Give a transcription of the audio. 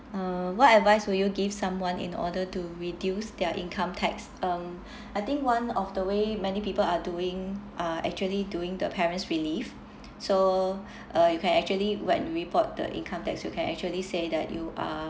9uh) what advice would you give someone in order to reduce their income tax um I think one of the way many people are doing uh actually doing the parents relief so uh you can actually when report the income tax you can actually say that you are